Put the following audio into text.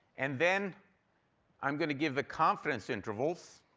and then i'm going to give the confidence intervals,